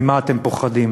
ממה אתם פוחדים?